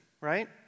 right